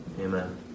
Amen